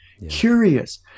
curious